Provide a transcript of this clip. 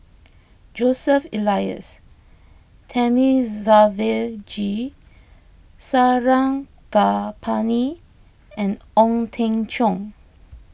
Joseph Elias Thamizhavel G Sarangapani and Ong Teng Cheong